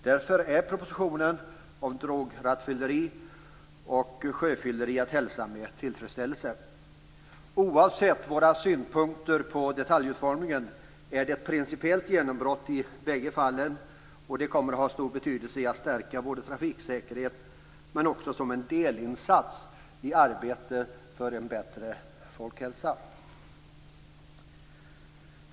Därför är propositionen om drograttfylleri och sjöfylleri att hälsa med tillfredsställelse. Oavsett våra synpunkter på detaljutformningen är det ett principiellt genombrott i båda fallen, och detta kommer att ha stor betydelse när det gäller att stärka trafiksäkerheten och som en delinsats i arbetet för en bättre folkhälsa.